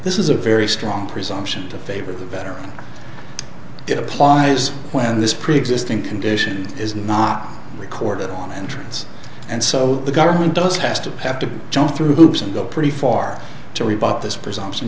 this is a very strong presumption to favor the better it applies when this preexisting condition is not recorded and turns and so the government does has to have to jump through hoops and go pretty far so we bought this presumption